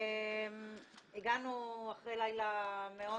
הגענו אחרי לילה מאוד